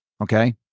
okay